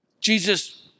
Jesus